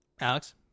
Alex